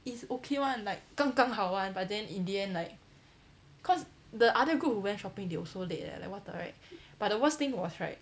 it's okay [one] like 刚刚好 [one] but then in the end like cause the other group who went shopping they also late eh like what the right but the worst thing was right